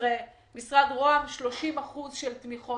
16%; משרד ראש הממשלה, 30% תמיכות.